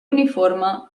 uniforme